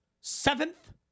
seventh